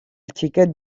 xiquet